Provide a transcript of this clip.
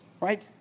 right